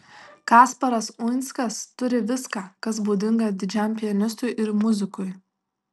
kasparas uinskas turi viską kas būdinga didžiam pianistui ir muzikui